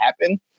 happen